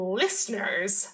listeners